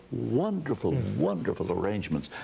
wonderful, wonderful arrangements.